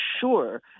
sure